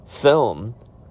film